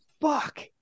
fuck